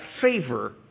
favor